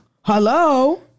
Hello